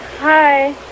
Hi